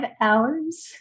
hours